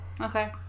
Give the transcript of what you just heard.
Okay